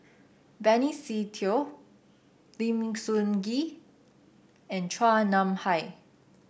Benny Se Teo Lim Sun Gee and Chua Nam Hai